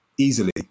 easily